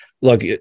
Look